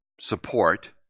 support